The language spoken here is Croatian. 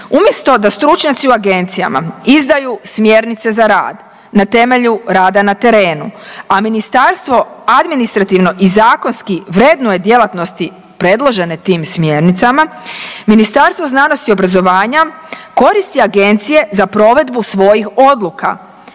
Umjesto da stručnjaci u agencijama izdaju smjernice za rad na temelju rada na terenu, a ministarstvo administrativno i zakonski vrednuje djelatnosti predložene tim smjernicama, Ministarstvo znanosti i obrazovanja koristi agencije za provedbu svojih odluka.